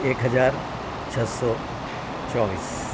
એક હજાર છસો ચોવીસ